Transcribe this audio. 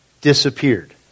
disappeared